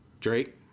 Drake